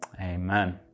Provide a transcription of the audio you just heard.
Amen